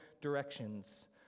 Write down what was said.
directions